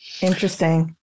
Interesting